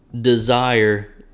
desire